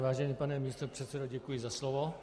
Vážený pane místopředsedo, děkuji za slovo.